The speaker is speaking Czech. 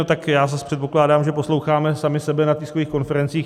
No tak já zas předpokládám, že posloucháme sami sebe na tiskových konferencích.